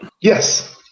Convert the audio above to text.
Yes